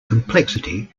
complexity